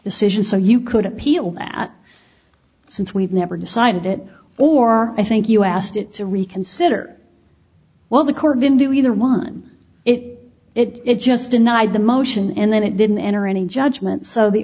decision so you could appeal that since we've never decided it or i think you asked it to reconsider well the court didn't do either one it it just denied the motion and then it didn't enter any judgment so the